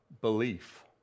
belief